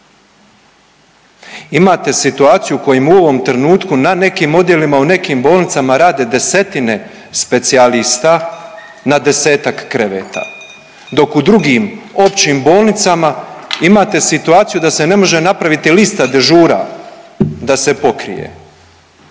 Imate situaciju u kojoj u ovom trenutku na nekim odjelima u nekim bolnicama rade desetine specijalista na desetak kreveta, dok u drugim općim bolnicama imate situaciju da se ne može napraviti lista dežura da se pokrije.